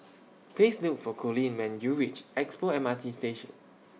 Please Look For Coleen when YOU REACH Expo M R T Station